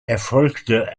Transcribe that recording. erfolgte